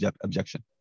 objection